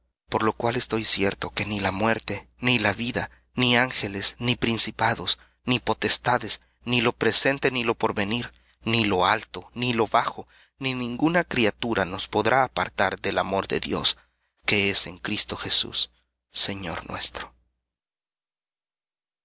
por lo cual estoy cierto que ni la muerte ni la vida ni ángeles ni principados ni potestades ni lo presente ni lo por venir ni lo alto ni lo bajo ni ninguna criatura nos podrá apartar del amor de dios que es en cristo jesús señor nuestro